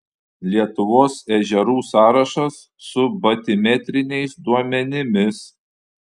lietuvos ežerų sąrašas su batimetriniais duomenimis